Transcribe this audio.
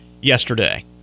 yesterday